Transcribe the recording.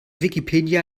wikipedia